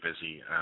busy